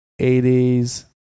80s